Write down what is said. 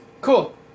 Cool